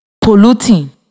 polluting